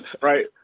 Right